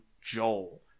Joel